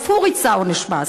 ואף הוא ריצה עונש מאסר,